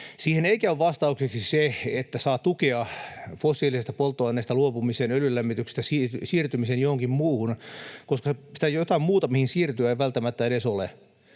Siihen ei käy vastaukseksi se, että saa tukea fossiilisista polttoaineista luopumiseen, öljylämmityksestä siirtymiseen johonkin muuhun, koska sitä jotain muuta, mihin siirtyä, ei välttämättä edes ole.